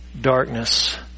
darkness